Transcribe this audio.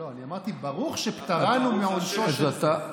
לא, אני אמרתי: "ברוך שפטרנו מעונשו של זה".